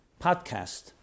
podcast